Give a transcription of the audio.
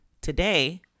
today